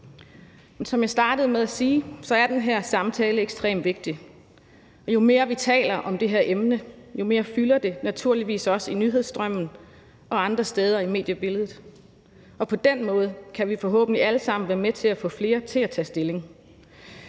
som jeg startede med at sige, er den her samtale ekstremt vigtig. Jo mere, vi taler om det her emne, jo mere fylder det naturligvis også i nyhedsstrømmen og andre steder i mediebilledet, og på den måde kan vi forhåbentlig alle sammen være med til at få flere til at tage stilling.